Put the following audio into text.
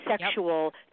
sexual